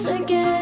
again